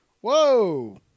Whoa